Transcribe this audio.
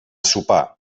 sopar